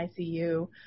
ICU